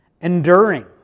Enduring